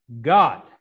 God